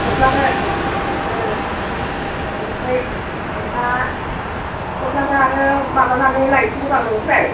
गस्लाखौ ओह ओमफ्राय दा गस्लाखौ आरो माबानानै लायसिगौ र' आं नोंनिफ्राय